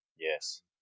Yes